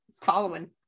following